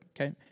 Okay